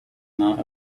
not